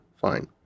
Fine